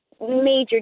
major